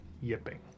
Yipping